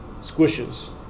squishes